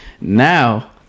Now